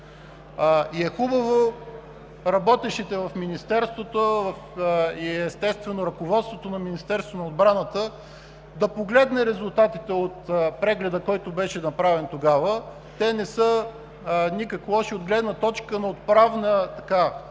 И е хубаво работещите в Министерството и ръководството на Министерството на отбраната да погледне резултатите от прегледа, който беше направен тогава. Те не са никак лоша отправна точка за решаване